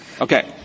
Okay